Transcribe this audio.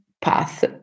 path